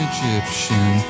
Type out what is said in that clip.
Egyptian